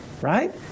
Right